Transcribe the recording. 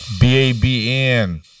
B-A-B-N